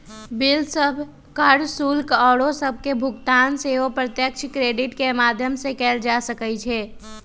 bill सभ, कर, शुल्क आउरो सभके भुगतान सेहो प्रत्यक्ष क्रेडिट के माध्यम से कएल जा सकइ छै